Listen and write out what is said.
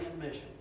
mission